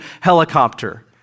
helicopter